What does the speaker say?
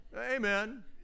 Amen